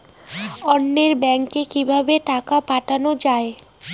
অন্যত্র ব্যংকে কিভাবে টাকা পাঠানো য়ায়?